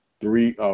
three